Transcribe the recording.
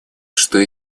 что